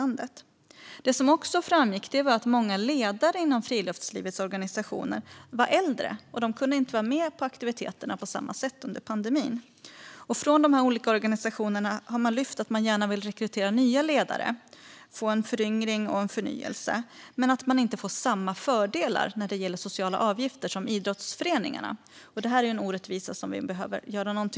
Något annat som framgick var att många ledare inom friluftslivets organisationer var äldre och inte kunde vara med på aktiviteterna på samma sätt under pandemin. De olika organisationerna har lyft fram att de gärna vill rekrytera nya ledare för att få en föryngring och förnyelse, men man får inte samma fördelar när det gäller sociala avgifter som idrottsföreningarna får. Detta är en orättvisa som vi behöver göra något åt.